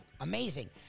Amazing